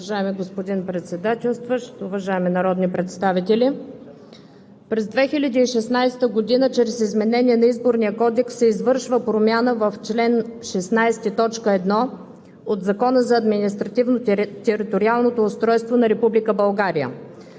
През 2016 г. чрез изменение на Изборния кодекс се извършва промяна в чл. 16, т. 1 от Закона за административно-териториалното устройство на